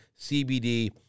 CBD